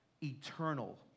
Eternal